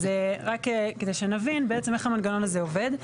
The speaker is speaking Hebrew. אז רק כדי שנבין בעצם איך המנגנון הזה עובד,